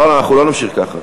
לא, אנחנו לא נמשיך ככה.